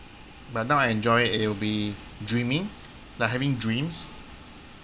but now I enjoy it'll be dreaming like having dreams